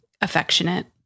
affectionate